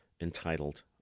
entitled